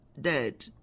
dead